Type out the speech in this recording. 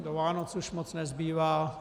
Do Vánoc už moc nezbývá.